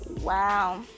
Wow